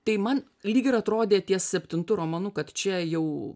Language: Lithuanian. tai man lyg ir atrodė ties septintu romanu kad čia jau